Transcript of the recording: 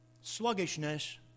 Sluggishness